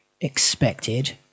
expected